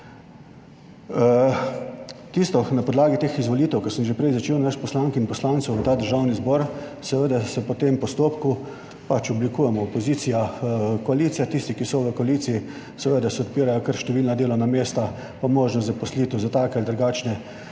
na podlagi teh izvolitev, kot sem že prej začel, nas poslank in poslancev, v ta Državni zbor, seveda se po tem postopku pač oblikujemo, opozicija, koalicija, tisti, ki so v koaliciji, seveda se odpirajo kar številna delovna mesta, pa možnost zaposlitev za take ali drugačne